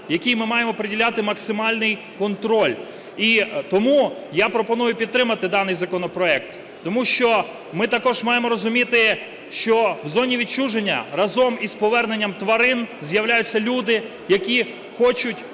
якій ми маємо приділяти максимальний контроль, і тому я пропоную підтримати даний законопроект. Тому що ми також маємо розуміти, що в зоні відчуження разом із поверненням тварин з'являються люди, які хочуть